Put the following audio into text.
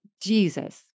Jesus